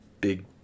big